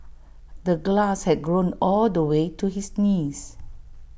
the grass had grown all the way to his knees